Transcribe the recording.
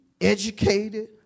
educated